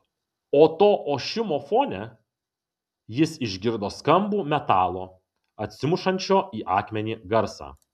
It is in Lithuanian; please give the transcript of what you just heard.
o to ošimo fone jis išgirdo skambų metalo atsimušančio į akmenį garsą